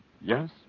Yes